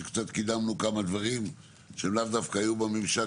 שקצת קידמנו כמה דברים שהם לאו דווקא היו בממשק